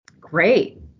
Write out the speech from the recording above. Great